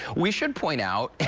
we should point out,